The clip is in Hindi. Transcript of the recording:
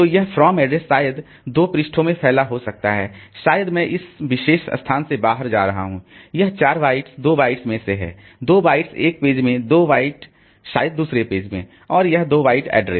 तो यह फ्रॉम ऐड्रेस शायद 2 पृष्ठों में फैला हो सकता है शायद मैं इस विशेष स्थान से बाहर जा रहा हूँ यह 4 बाइट 2 बाइट्स में से है 2 बाइट्स एक पेज में 2 बाइट शायद दूसरे पेज में और यह 2 वाइट ऐड्रेस